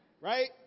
right